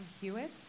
Hewitt